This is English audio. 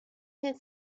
had